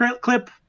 Clip